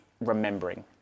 remembering